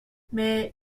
mais